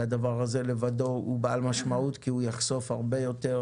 והדבר הזה לבדו הוא בעל משמעות כי הוא יחשוף הרבה יותר